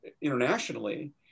internationally